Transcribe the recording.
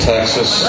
Texas